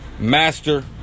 Master